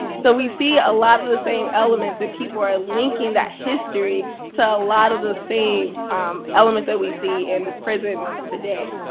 so we see a lot of the same elements, and people are linking that history to a lot of the same um elements that we see in prisons today.